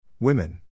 Women